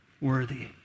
Worthy